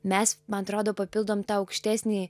mes man atrodo papildome tą aukštesnįjį